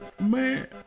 Man